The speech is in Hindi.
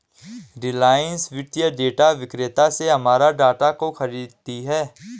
रिलायंस वित्तीय डेटा विक्रेता से हमारे डाटा को खरीदती है